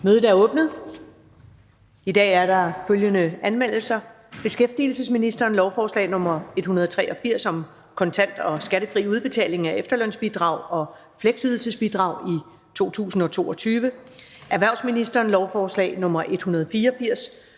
Mødet er åbnet. I dag er der følgende anmeldelser: Beskæftigelsesministeren (Peter Hummelgaard): Lovforslag nr. L 183 (Forslag til lov om kontant og skattefri udbetaling af efterlønsbidrag og fleksydelsesbidrag i 2022). Erhvervsministeren (Simon